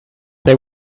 they